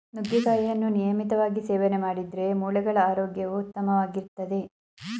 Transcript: ನುಗ್ಗೆಕಾಯಿಯನ್ನು ನಿಯಮಿತವಾಗಿ ಸೇವನೆ ಮಾಡಿದ್ರೆ ಮೂಳೆಗಳ ಆರೋಗ್ಯವು ಉತ್ತಮವಾಗಿರ್ತದೆ